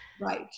Right